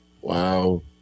Wow